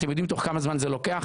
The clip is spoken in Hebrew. אתם יודעים כמה זמן זה לוקח?